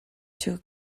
too